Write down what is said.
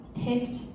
picked